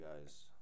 guys